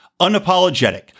Unapologetic